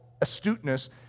astuteness